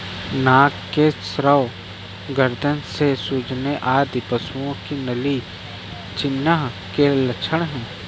नाक से स्राव, गर्दन में सूजन आदि पशुओं में नीली जिह्वा के लक्षण हैं